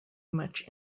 much